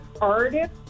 artist